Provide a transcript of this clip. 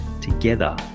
Together